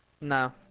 No